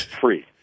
free